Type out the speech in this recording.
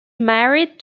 married